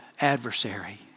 adversary